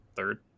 Third